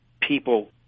people